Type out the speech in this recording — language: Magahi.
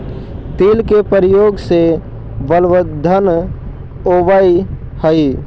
तिल के प्रयोग से बलवर्धन होवअ हई